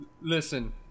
Listen